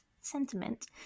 sentiment